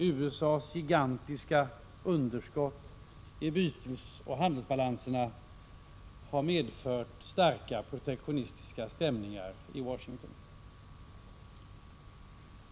USA:s gigantiska underskott i bytesoch handelsbalanserna har medfört starka protektionistiska strömningar i Washington.